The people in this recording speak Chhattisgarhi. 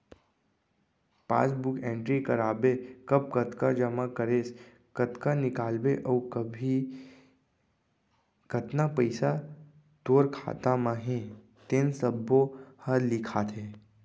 पासबूक एंटरी कराबे त कब कतका जमा करेस, कतका निकालेस अउ अभी कतना पइसा तोर खाता म हे तेन सब्बो ह लिखाथे